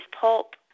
pulp